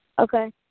Okay